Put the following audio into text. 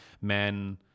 men